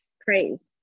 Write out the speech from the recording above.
praise